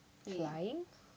flying